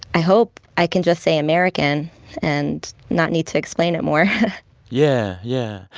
i hope i can just say american and not need to explain it more yeah, yeah.